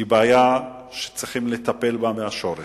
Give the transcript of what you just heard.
היא בעיה שצריכים לטפל בה מהשורש.